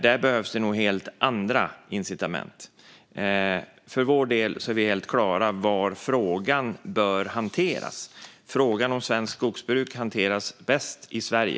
Där behövs det nog helt andra incitament. För vår del är vi helt på det klara med var frågan bör hanteras. Frågan om svenskt skogsbruk hanteras bäst i Sverige.